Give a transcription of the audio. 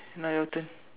now your turn